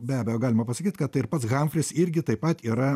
be abejo galima pasakyt kad ir pats hamfris irgi taip pat yra